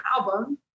album